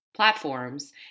platforms